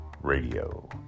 Radio